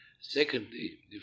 Secondly